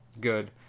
good